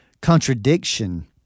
contradiction